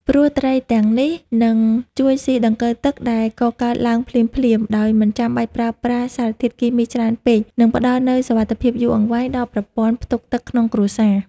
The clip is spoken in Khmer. ព្រោះត្រីទាំងនេះនឹងជួយស៊ីដង្កូវទឹកដែលកកើតឡើងភ្លាមៗ ដោយមិនចាំបាច់ប្រើប្រាស់សារធាតុគីមីច្រើនពេក និងផ្តល់នូវសុវត្ថិភាពយូរអង្វែងដល់ប្រព័ន្ធផ្ទុកទឹកក្នុងគ្រួសារ។